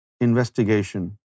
investigation